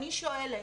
אני שואלת,